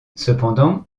cependant